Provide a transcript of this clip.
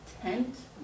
tent